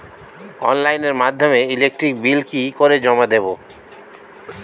অনলাইনের মাধ্যমে electric bill কি করে জমা দেবো?